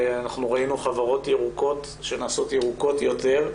אנחנו ראינו חברות ירוקות שנעשות ירוקות יותר,